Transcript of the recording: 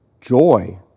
joy